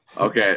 Okay